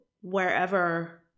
wherever